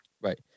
Right